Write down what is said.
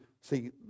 see